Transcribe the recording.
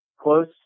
close